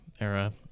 era